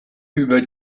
über